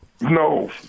No